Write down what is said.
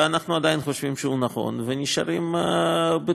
ואנחנו עדיין חושבים שהוא נכון ונשארים בתוכו.